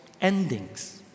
endings